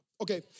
Okay